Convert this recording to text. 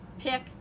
pick